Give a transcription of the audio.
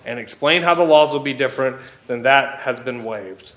and explain how the laws will be different than that has been waive